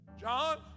John